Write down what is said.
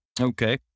Okay